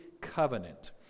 covenant